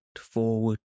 forward